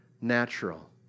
natural